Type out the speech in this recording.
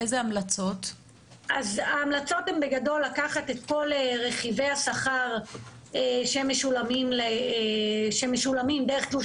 ההמלצות הן בגדול לקחת את כל רכיבי השכר שמשולמים דרך תלוש